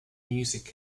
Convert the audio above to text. music